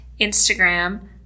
Instagram